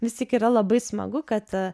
vis tik yra labai smagu kad